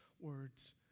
words